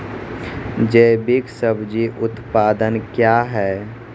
जैविक सब्जी उत्पादन क्या हैं?